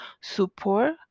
support